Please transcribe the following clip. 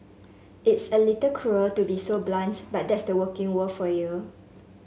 it's a little cruel to be so blunt but that's the working world for you